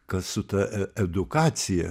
kas su ta edukacija